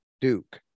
Duke